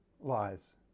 lies